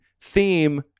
theme